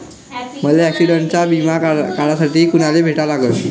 मले ॲक्सिडंटचा बिमा काढासाठी कुनाले भेटा लागन?